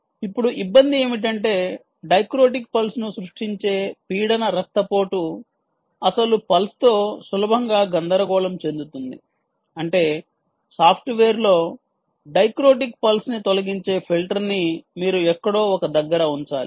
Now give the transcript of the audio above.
ఇప్పుడు ఇబ్బంది ఏమిటంటే డైక్రోటిక్ పల్స్ను సృష్టించే పీడన రక్తపోటు అసలు పల్స్ తో సులభంగా గందరగోళం చెందుతుంది అంటే సాఫ్ట్వేర్లో డైక్రోటిక్ పల్స్ ని తొలగించే ఫిల్టర్ని మీరు ఎక్కడో ఒక దగ్గర ఉంచాలి